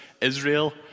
Israel